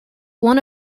one